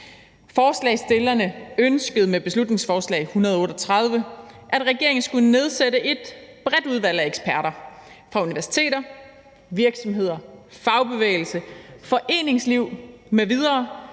Forslagsstillerne ønskede med beslutningsforslag B 138, at regeringen skulle nedsætte et bredt udvalg af eksperter fra universiteter, virksomheder, fagbevægelse, foreningsliv m.v.